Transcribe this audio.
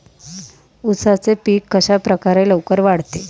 उसाचे पीक कशाप्रकारे लवकर वाढते?